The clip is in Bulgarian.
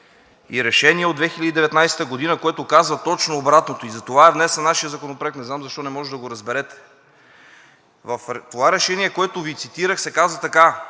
и решение от 2019 г., което казва точно обратното и затова е внесен нашият законопроект. Не знам защо не можете да го разберете. В това решение, което Ви цитирах, се казва така